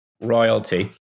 royalty